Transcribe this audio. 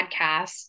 podcast